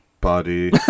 body